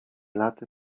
laty